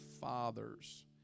fathers